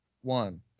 One